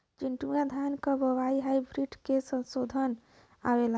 चिन्टूवा धान क बिया हाइब्रिड में शोधल आवेला?